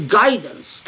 guidance